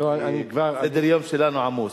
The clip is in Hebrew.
כי סדר-היום שלנו עמוס.